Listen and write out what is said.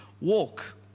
walk